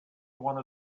one